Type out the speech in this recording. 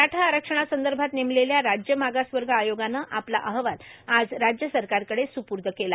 मराठा आरक्षणासंदभात नेमलेल्या राज्य मागासवग आयोगानं आपला अहवाल आज राज्य सरकारकडे सुपुद केला